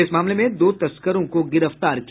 इस मामले में दो तस्करों को गिरफ्तार किया